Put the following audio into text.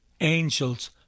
angels